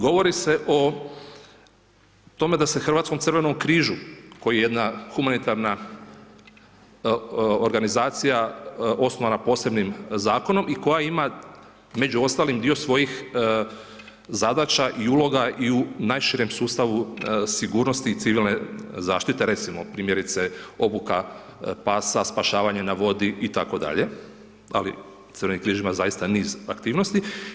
Govori se o tome da se hrvatskom Crvenom križu koji je jedna humanitarna organizacija osnovana posebnim Zakonom i koja ima, među ostalim, dio svojih zadaća i uloga i u najširem sustavu sigurnosti civilne zaštite, recimo, primjerice obuka pasa, spašavanje na vodi itd., ali Crveni križ ima zaista niz aktivnosti.